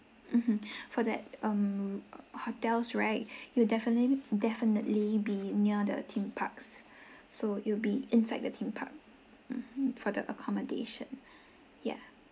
mmhmm for that um hotels right you'll definite~ definitely be near the theme parks so it'll be inside the theme park mmhmm for the accommodation yeah